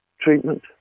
treatment